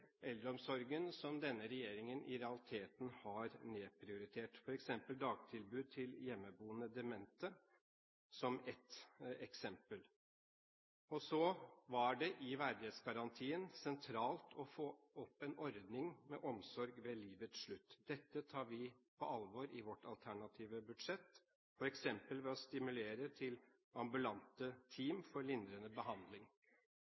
eldreomsorgen som denne regjeringen i realiteten har nedprioritert, f.eks. dagtilbud til hjemmeboende demente. I verdighetsgarantien var det helt sentralt å få opp en ordning for omsorg ved livets slutt. Dette tar vi på alvor i vårt alternative budsjett, f.eks. å stimulere til ambulante